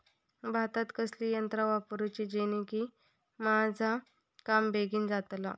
भातात कसली यांत्रा वापरुची जेनेकी माझा काम बेगीन जातला?